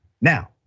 Now